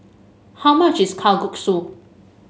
how much is Kalguksu